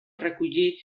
recollir